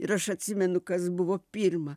ir aš atsimenu kas buvo pirma